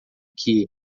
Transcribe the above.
que